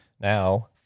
Now